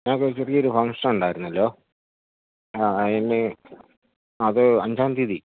ഞങ്ങൾക്ക് ഒരു ചെറിയൊരു ഫംഗ്ഷനുണ്ടായിരുന്നല്ലോ ആ അതിന് അത് അഞ്ചാം തീയതി